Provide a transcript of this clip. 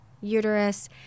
uterus